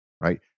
right